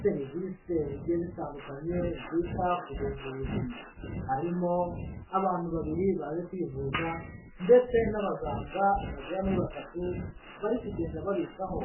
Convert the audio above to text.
serivisi zigiye zitandukanye zita ku buvuzi. harimo abantu babiri baje kwivuza, ndetse n'abaganga bagera muri batatu, bari kugenda babitaho.